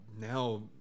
now